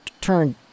turn